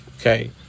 Okay